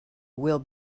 will